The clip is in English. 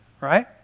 right